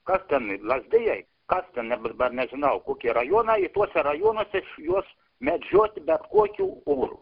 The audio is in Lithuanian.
kas tenai lazdijai kas ten nebus bet nežinau kokie rajonai tuose rajonuose juos medžioti bet kokiu oru